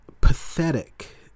pathetic